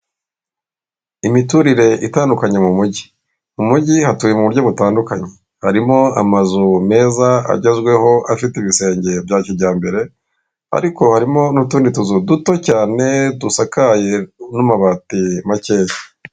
Imiturire itandukanye mu mujyi, mu mujyi hatuye mu buryo butandukanye, harimo amazu meza agezweho afite ibisenge bya kijyambere ariko harimo n'utundi tuzu duto cyane dusakaye n'amabati makeya.